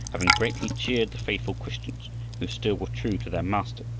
having greatly cheered the faithful christians who still were true to their master,